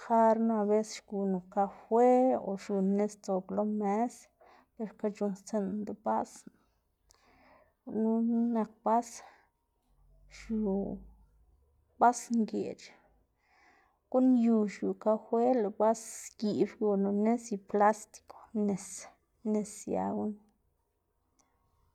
jarna abecés xgunu kafe o xiu nis sdzob lo mës, ber xka c̲h̲unnstsiꞌnná debaꞌsná gununa nak bas xiu bas ngeꞌc̲h̲, guꞌn yu xiu kafe lëꞌ bas giꞌb xgunu nis y plástico nis nis sia gunu.